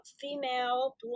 female